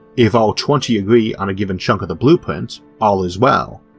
if all twenty agree on a given chunk of the blueprint, all is well.